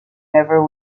never